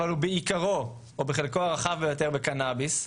אבל הוא בעיקרו, או בחלקו הרחב ביותר, קנאביס.